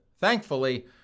thankfully